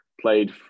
Played